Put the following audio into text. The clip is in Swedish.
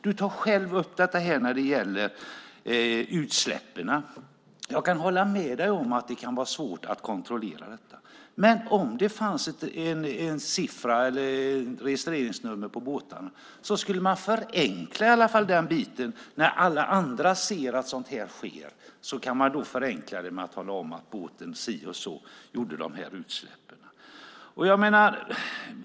Du tar själv upp det här när det gäller utsläppen. Jag kan hålla med dig om att det kan vara svårt att kontrollera detta, men om det fanns en siffra eller ett registreringsnummer på båtarna skulle man i alla fall förenkla den biten. När alla andra ser att sådant här sker kan man då förenkla att tala om att båten si och så gjorde de här utsläppen.